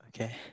Okay